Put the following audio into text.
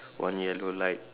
one yellow light